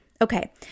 Okay